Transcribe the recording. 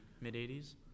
Mid-80s